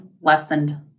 lessened